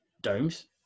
Domes